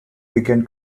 began